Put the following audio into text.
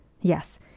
yes